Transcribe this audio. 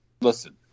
listen